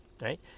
right